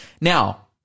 Now